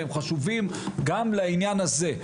והם חשובים גם לעניין הזה.